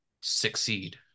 succeed